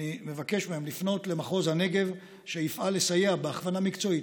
אני מבקש מהם לפנות למחוז הנגב שיפעל לסייע בהכוונה מקצועית.